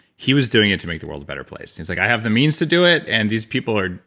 he was doing it to make the world a better place. he was like, i have the means to do it, and these people are.